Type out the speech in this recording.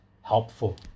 helpful